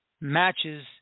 matches